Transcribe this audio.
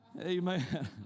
Amen